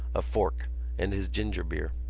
a fork and his ginger beer.